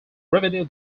revenue